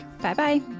Bye-bye